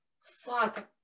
fuck